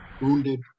wounded